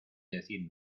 decir